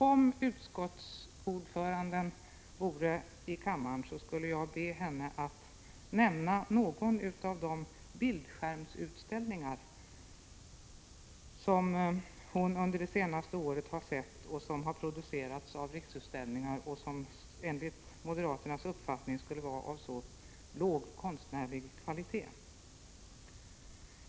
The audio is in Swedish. Om utskottets ordförande vore i kammaren skulle jag be henne att nämna någon av de bildskärmsutställningar hon har sett det senaste året, som producerats av Riksutställningar och som enligt moderaternas uppfattning är av låg konstnärlig kvalitet.